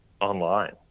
online